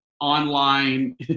Online